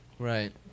Right